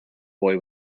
boy